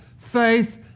Faith